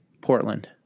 Portland